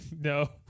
No